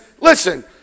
listen